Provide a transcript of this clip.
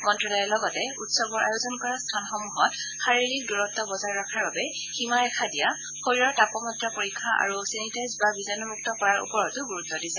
মন্ত্ৰালয়ে লগতে উৎসৱৰ আয়োজন কৰা স্থানসমূহত শাৰিৰীক দূৰত্ব বজাই ৰখাৰ বাবে সীমাৰেখা দিয়া শৰীৰৰ তাপমাত্ৰা পৰীক্ষা আৰু চেনিটাইজ বা বীজানুমুক্ত কৰাৰ ওপৰতো গুৰুত্ব দিছে